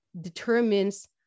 determines